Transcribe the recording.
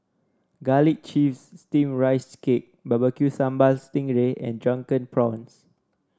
Garlic Chives Steamed Rice Cake Barbecue Sambal Sting Ray and Drunken Prawns